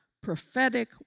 prophetic